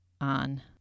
on